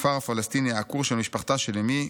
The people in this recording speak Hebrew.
הכפר הפלסטיני העקור של משפחתה של אמי,